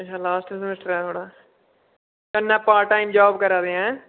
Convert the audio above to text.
अच्छा last semester ऐ थुआढ़ा कन्नै पार्ट टाइम जाब करा दे ऐं